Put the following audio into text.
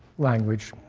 language.